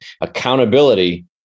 Accountability